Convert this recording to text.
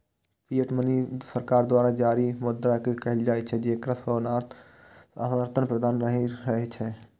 fiat money सरकार द्वारा जारी मुद्रा कें कहल जाइ छै, जेकरा सोनाक समर्थन प्राप्त नहि रहै छै